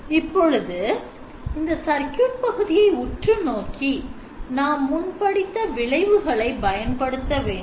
இப்பொழுது இந்த circuit பகுதியை உற்றுநோக்கி நாம் முன் படித்த விளைவுகளை பயன்படுத்த வேண்டும்